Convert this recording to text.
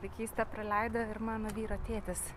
vaikystę praleido ir mano vyro tėtis